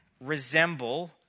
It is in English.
resemble